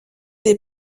des